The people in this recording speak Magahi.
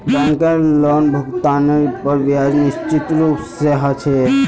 बैंकेर लोनभुगतानेर पर ब्याज निश्चित रूप से ह छे